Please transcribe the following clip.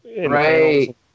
Right